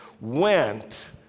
went